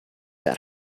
that